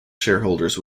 shareholders